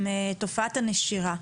עם תופעת הנשירה.